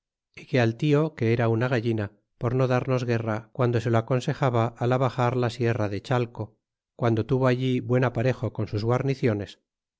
que al tio que era una gallina por no darnos guerra guando se lo aconsejaba al abaxar la sierra de chalco guando tuvo allí buen aparejo con sus guarniciones